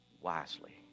wisely